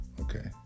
Okay